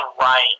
right